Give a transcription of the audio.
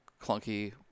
clunky